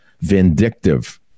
vindictive